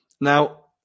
now